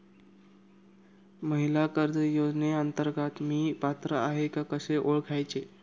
महिला कर्ज योजनेअंतर्गत मी पात्र आहे का कसे ओळखायचे?